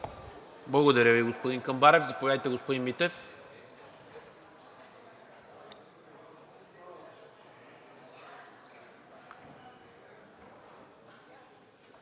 Благодаря, господин Камбарев. Заповядайте, господин Митев.